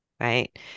Right